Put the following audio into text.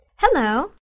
hello